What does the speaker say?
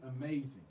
amazing